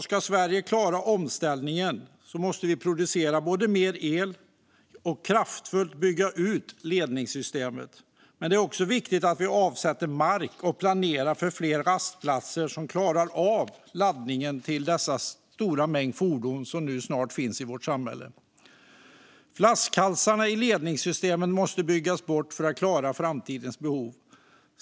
Ska Sverige klara omställningen måste vi både producera mer el och kraftfullt bygga ut ledningssystemet. Men det är också viktigt att vi avsätter mark och planerar för fler rastplatser som klarar av laddningen av den stora mängd fordon som snart finns i vårt samhälle. Flaskhalsarna i ledningssystemet måste byggas bort för att klara framtidens behov.